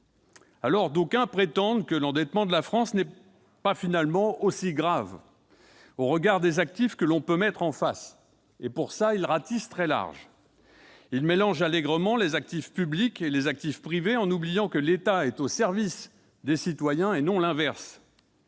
D'aucuns prétendent que l'endettement de la France n'est finalement pas aussi grave au regard des actifs que l'on peut mettre en face, et, dans cette perspective, ils ratissent très large, mélangeant allègrement actifs publics et actifs privés, en oubliant que l'État est au service des citoyens, et non l'inverse.